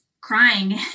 crying